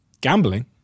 gambling